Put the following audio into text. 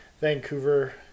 vancouver